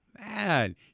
Man